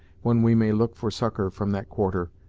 when we may look for succor from that quarter,